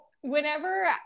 whenever